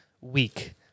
week